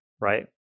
right